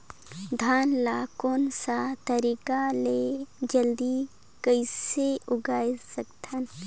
धान ला कोन सा तरीका ले जल्दी कइसे उगाय सकथन?